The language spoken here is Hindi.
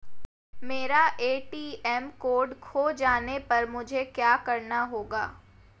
मेरा ए.टी.एम कार्ड खो जाने पर मुझे क्या करना होगा?